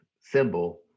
symbol